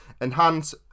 enhance